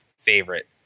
favorite